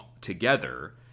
together